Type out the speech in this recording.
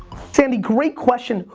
sandy, great question.